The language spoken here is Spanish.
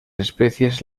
especies